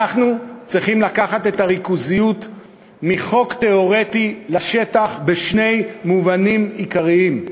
אנחנו צריכים לקחת את הריכוזיות מחוק תיאורטי לשטח בשני מובנים עיקריים.